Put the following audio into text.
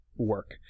work